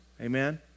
Amen